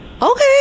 Okay